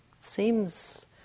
seems